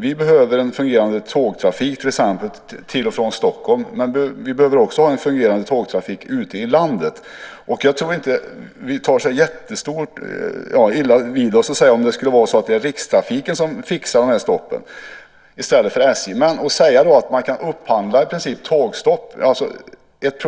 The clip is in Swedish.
Vi behöver en fungerande tågtrafik till och från Stockholm, men vi behöver också ha en fungerande tågtrafik ute i landet. Jag tror inte att vi tar illa vid oss om Rikstrafiken fixar stoppen i stället för SJ. Det handlar om att upphandla tågstopp. Ett